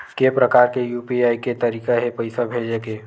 के प्रकार के यू.पी.आई के तरीका हे पईसा भेजे के?